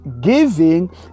giving